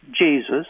Jesus